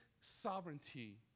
sovereignty